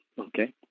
Okay